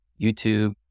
YouTube